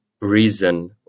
reason